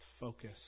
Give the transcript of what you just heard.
focus